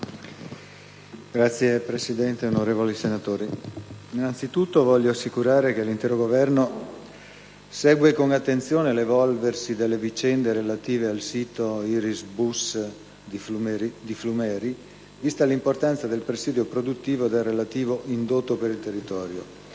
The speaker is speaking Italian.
Signora Presidente, innanzitutto voglio assicurare che l'intero Governo segue con attenzione l'evolversi delle vicende relative al sito Irisbus di Flumeri, vista l'importanza del presidio produttivo e del relativo indotto per il territorio.